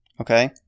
okay